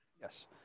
yes